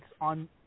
on